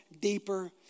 deeper